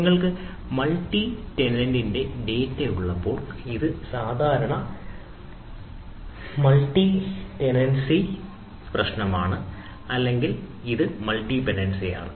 നിങ്ങൾക്ക് മൾട്ടി റ്റെനന്റിന്റെ ഡാറ്റ ഉള്ളപ്പോൾ ഇത് സാധാരണ പ്രശ്നമാണ് അല്ലെങ്കിൽ മൾട്ടി ടെനൻസി ആണ്